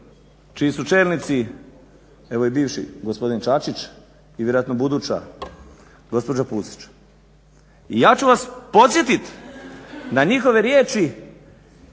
čiji su čelnici evo i bivši gospodin Čačić i vjerojatno buduća gospođa Pusić i ja ću vas podsjetiti na njihove riječi